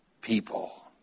people